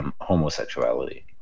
homosexuality